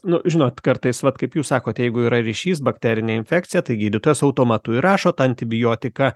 nu žinot kartais vat kaip jūs sakot jeigu yra ryšys bakterinė infekcija tai gydytojas automatu rašo tą antibiotiką